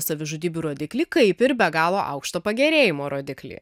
savižudybių rodiklį kaip ir be galo aukštą pagerėjimo rodiklį